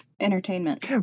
entertainment